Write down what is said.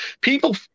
People